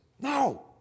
no